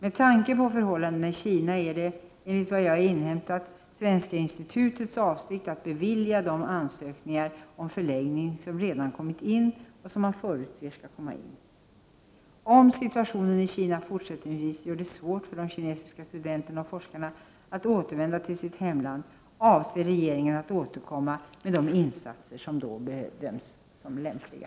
Med tanke på förhållandena i Kina är det, enligt vad jag har inhämtat, Svenska Institutets avsikt att bevilja de ansökningar om förlängning som redan kommit in och som man förutser skall komma in. Om situationen i Kina fortsättningsvis gör det svårt för de kinesiska studenterna och forskarna att återvända till sitt hemland, avser regeringen återkomma med de insatser som då bedöms lämpliga.